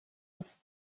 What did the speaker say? aus